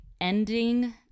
ending